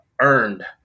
earned